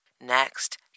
Next